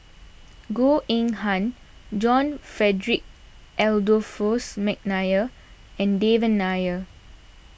Goh Eng Han John Frederick Adolphus McNair and Devan Nair